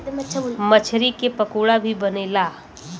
मछरी के पकोड़ा भी बनेला